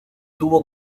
tuvo